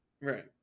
Right